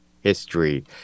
history